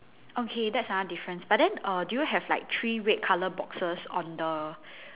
okay that's another difference but then err do you have like three red colour boxes on the